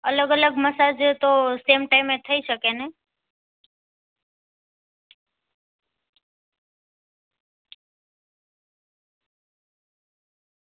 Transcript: અલગ અલગ મસાજ તો સેમ ટાઈમ એ થઈ શકે ને